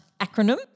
acronym